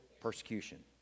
persecution